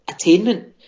attainment